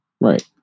right